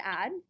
add